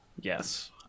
yes